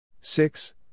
Six